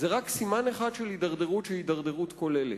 סימן אחד של הידרדרות כוללת.